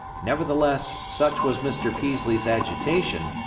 nevertheless, such was mr. peaslee's agitation,